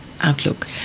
outlook